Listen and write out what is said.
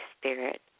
Spirit